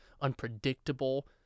unpredictable